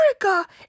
America